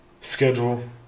schedule